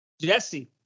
Jesse